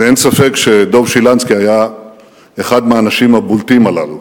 ואין ספק שדב שילנסקי היה אחד מהאנשים הבולטים הללו.